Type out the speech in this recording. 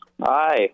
Hi